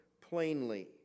plainly